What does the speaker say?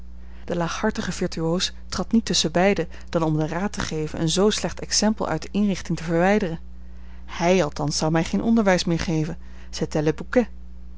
de laaghartige virtuoos trad niet tusschenbeiden dan om den raad te geven een zoo slecht exempel uit de inrichting te verwijderen hij althans zou mij geen onderwijs meer geven c'était